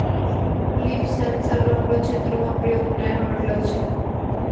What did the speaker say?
लिफ sensor रो हमरो क्षेत्र मे प्रयोग नै होए रहलो छै